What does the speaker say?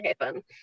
happen